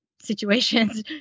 situations